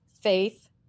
faith